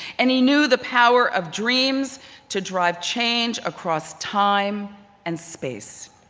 and he knew the power of dreams to drive change across time and space.